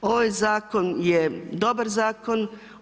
Ovaj zakon je dobar zakon.